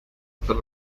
otras